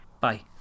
Bye